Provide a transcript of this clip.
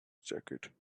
jacket